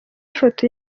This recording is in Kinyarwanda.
ifoto